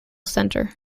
centre